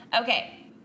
Okay